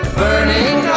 burning